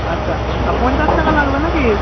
আচ্ছা আর পঞ্চাশ টাকা লাগবে নাকি